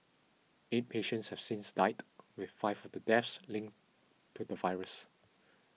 eight patients have since died with five of the deaths linked to the virus